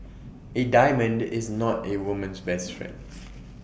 A diamond is not A woman's best friend